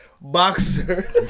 boxer